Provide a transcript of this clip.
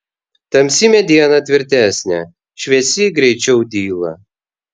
tamsi mediena tvirtesnė šviesi greičiau dyla